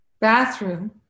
bathroom